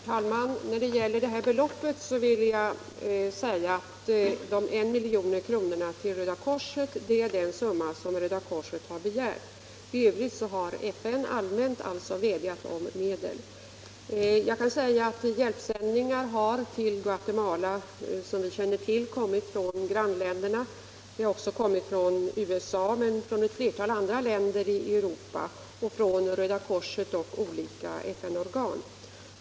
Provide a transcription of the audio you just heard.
Herr talman! När det gäller beloppet vill jag säga att de 1 milj.kr. som gått till Röda korset är den summa som Röda korset har begärt. I övrigt har FN allmänt vädjat om medel. Jag kan nämna att hjälpsändningar till Guatemala, som vi känner till, har kommit från grann jordbävningskata strofen i Guatemala länderna, de har också kommit från USA och från ett flertal andra länder i Europa samt från Röda korset och olika FN-organ.